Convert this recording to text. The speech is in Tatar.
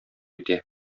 итә